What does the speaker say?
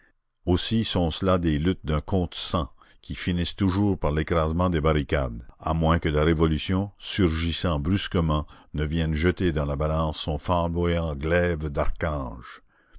aussi sont-ce là des luttes d'un contre cent qui finissent toujours par l'écrasement des barricades à moins que la révolution surgissant brusquement ne vienne jeter dans la balance son flamboyant glaive d'archange